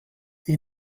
die